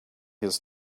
his